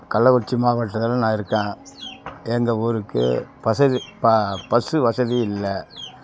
கள்ளக்குறிச்சி மாவட்டத்தில் நான் இருக்கேன் எங்கள் ஊருக்கு வசதி ப பஸ்ஸு வசதி இல்லை